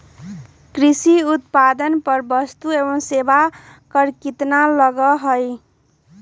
कृषि उत्पादन पर वस्तु एवं सेवा कर कितना लगा हई?